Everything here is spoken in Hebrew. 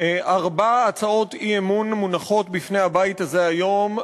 ארבע הצעות אי-אמון מונחות בפני הבית הזה היום,